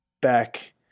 back